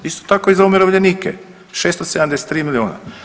Isto tako i za umirovljenike 673 miliona.